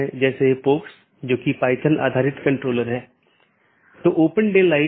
वास्तव में हमने इस बात पर थोड़ी चर्चा की कि विभिन्न प्रकार के BGP प्रारूप क्या हैं और यह अपडेट क्या है